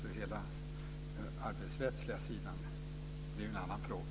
Den arbetsrättsliga sidan är ju en helt annan fråga.